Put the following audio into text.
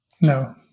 No